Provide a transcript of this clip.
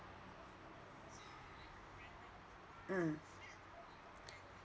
mm